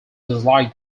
disliked